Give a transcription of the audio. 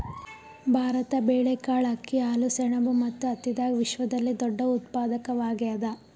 ಭಾರತ ಬೇಳೆಕಾಳ್, ಅಕ್ಕಿ, ಹಾಲು, ಸೆಣಬು ಮತ್ತು ಹತ್ತಿದಾಗ ವಿಶ್ವದಲ್ಲೆ ದೊಡ್ಡ ಉತ್ಪಾದಕವಾಗ್ಯಾದ